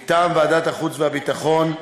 מטעם ועדת החוץ והביטחון,